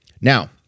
Now